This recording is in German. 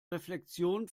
reflexion